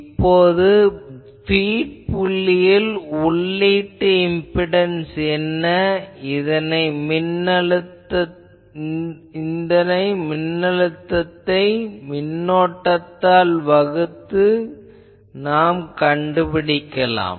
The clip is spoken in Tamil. இப்போது பீட் புள்ளியில் உள்ளீட்டு இம்பிடன்ஸ் என்ன இதனை மின்னழுத்தத்தை மின்னோட்டத்தால் வகுத்து கண்டுபிடிக்கலாம்